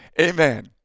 amen